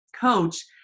coach